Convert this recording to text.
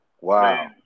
Wow